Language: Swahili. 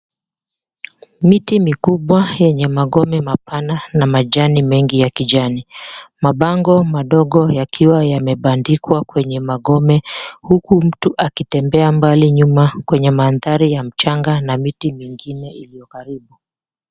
Miti mikubwa yenye magome mapana na majani mengi ya kijani. Mabango madogo yakiwa yamebandikwa kwenye magome huku mtu akitembea mbali nyuma kwenye mandhari ya mchanga na miti mingine iliyo karibu.